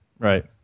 right